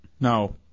No